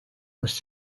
was